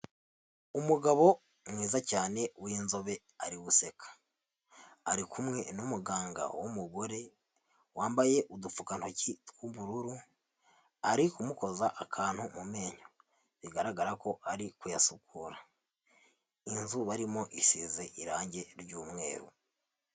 Umugabo mwiza cyane w'inzobe ari guseka, ari kumwe n'umuganga w'umugore, wambaye udupfukantoki tw'ubururu, ari kumukoza akantu mu menyo, bigaragara ko ari kuyasukura, inzu barimo isize irangi ry'umweru.